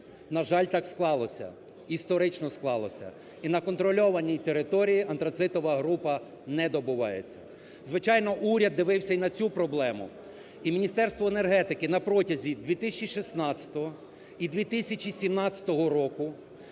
На жаль, так сталося, історично склалося і на контрольованій території антрацитова група не добувається. Звичайно уряд дивився і на цю проблему. І Міністерство енергетики на протязі 2016 і 2017 року